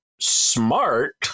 smart